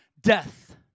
death